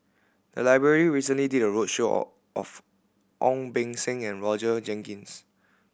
the library recently did a roadshow or of Ong Beng Seng and Roger Jenkins